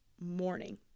morning